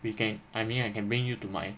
we can I mean I can bring you to my